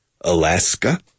Alaska